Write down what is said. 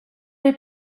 had